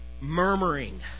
murmuring